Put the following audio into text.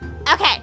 Okay